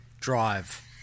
drive